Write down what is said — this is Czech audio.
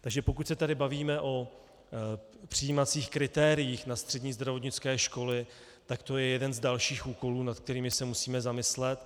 Takže pokud se tady bavíme o přijímacích kritériích na střední zdravotnické školy, tak to je jeden z dalších úkolů, nad kterými se musíme zamyslet.